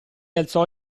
alzò